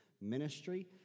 ministry